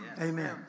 Amen